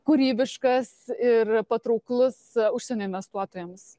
kūrybiškas ir patrauklus užsienio investuotojams